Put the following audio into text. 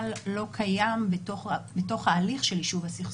לא קיים בתוך ההליך של יישוב הסכסוך.